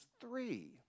three